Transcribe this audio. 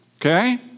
Okay